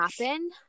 happen